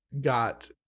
got